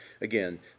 again